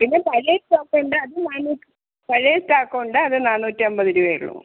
പിന്നെ പഴയ സ്റ്റോക്ക് ഉണ്ട് അത് നാന്നൂറ്റി പഴയ സ്റ്റാക്ക് ഉണ്ട് അത് നാണൂറ്റി അമ്പത് രുപയേ ഉള്ളൂ